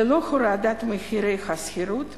ללא הורדת מחירי השכירות,